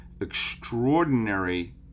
extraordinary